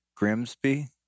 Grimsby